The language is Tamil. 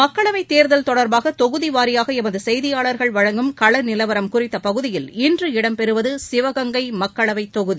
மக்களவைத் தேர்தல் தொடர்பாக தொகுதி வாரியாக எமது செய்தியாளர்கள் வழங்கும் களநிலவரம் குறித்த பகுதியில் இன்று இடம் பெறுவது சிவகங்கை மக்களவை தொகுதி